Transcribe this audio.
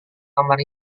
kamar